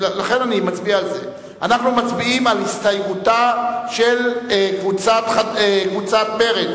אנחנו מצביעים על הסתייגותה של קבוצת מרצ.